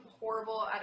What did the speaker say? horrible